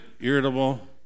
irritable